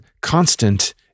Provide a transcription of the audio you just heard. constant